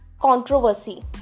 controversy